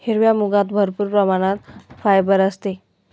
हिरव्या मुगात भरपूर प्रमाणात फायबर असते